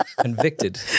Convicted